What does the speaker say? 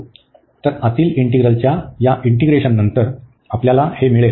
तर आतील इंटिग्रलच्या या इंटीग्रेशननंतर आपल्याला हे मिळेल